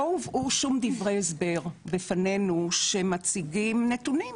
לא הובאו שום דברי הסבר בפנינו שמציגים נתונים